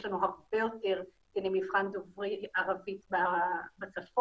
יש לנו הרבה יותר קציני מבחן דוברי ערבית בצפון,